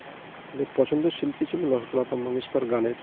পছন্দের শিল্পী ছিলেন লতা মঙ্গেশকর গানের